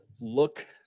look